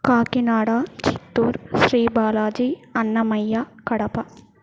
Kakinada Chittoor Sri Balaji Annamayya Kadapa